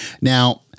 Now